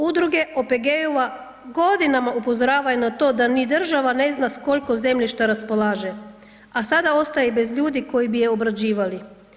Udruge OPG-ova godinama upozoravaju na to da ni država ne zna s koliko zemljišta raspolaže, a sada ostaje i bez ljudi koji bi je obrađivali.